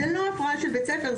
זה לא הפרעה של בית ספר,